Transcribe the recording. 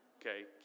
okay